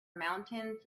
mountains